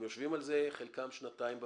יושבים על זה חלקם שנתיים בוועדות,